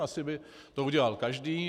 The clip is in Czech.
Asi by to udělal každý.